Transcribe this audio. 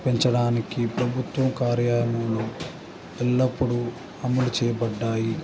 పెంచడానికి ప్రభుత్వం కార్యము ఎల్లప్పుడు అములు చేయబడినాయి